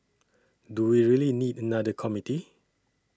do we really need another committee